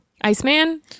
Iceman